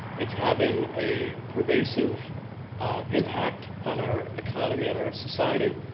it's having a pervasive impact on our economy and our society,